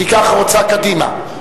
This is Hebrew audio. כי כך רוצה קדימה.